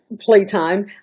playtime